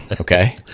okay